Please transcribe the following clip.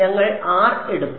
ഞങ്ങൾ R എടുത്തു